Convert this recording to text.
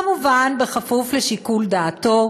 כמובן, כפוף לשיקול דעתו,